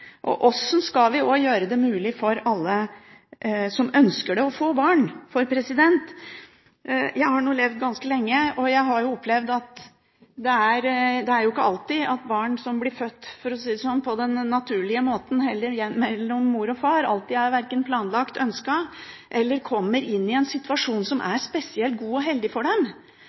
Og hvordan skal vi gjøre det mulig for alle som ønsker det, å få barn? Jeg har nå levd ganske lenge, og jeg har opplevd at barn som blir født – for å si det sånn – på den naturlige måten, med mor og far, ikke alltid er planlagt eller ønsket, eller kommer i en situasjon som er spesielt god og heldig for dem.